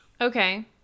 Okay